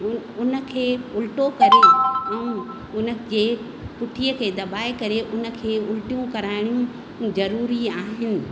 उन खे उल्टो करे ऐं उन खे पुठीअ खे दॿाए करे उन खे उल्टियूं कराइणियूं ज़रूरी आहिनि